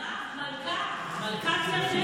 מירב, מלכה, מלכת ירדן.